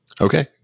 Okay